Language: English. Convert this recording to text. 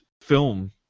film